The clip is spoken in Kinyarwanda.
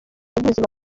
by’ubuzima